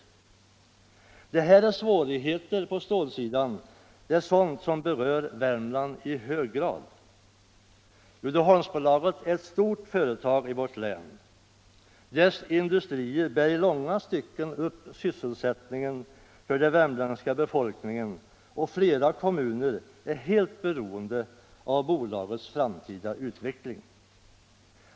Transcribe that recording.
Detta är svårigheter på stålsidan som berör Värmland i hög grad. Uddeholmsbolaget är ett stort företag i vårt län. Dess industrier bär i långa stycken upp sysselsättningen för den värmländska befolkningen och flera kommuner är helt beroende av bolagets framtida utveckling.